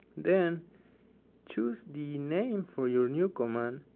then choose the name for your new command.